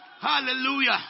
Hallelujah